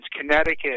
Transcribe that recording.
Connecticut